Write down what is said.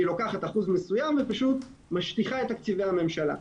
שהיא לוקחת אחוז מסוים ופשוט משטיחה את תקציבי הממשלה.